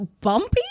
bumpy